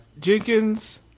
Jenkins